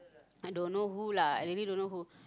I don't know who lah I really don't know who